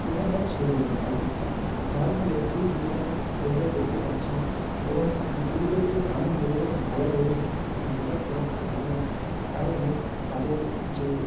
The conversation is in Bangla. কী হয় না ছিঁড়ে যায় এক দিকটা যার ফলে সেই জুতোটা আমি সেভাবে পরতে পারছি না এবং জুতো দুটোকে আমি যেভাবে ভালো ভেবেছিলাম সেটা অতটাও খুব একটা ভালো নয় তাই আমি তাদের যে